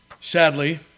Sadly